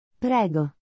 Prego